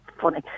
funny